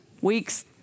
weeks